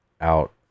out